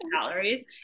calories